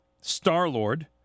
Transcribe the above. Star-Lord